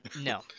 No